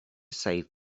save